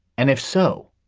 and if so,